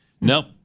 Nope